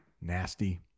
nasty